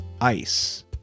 ice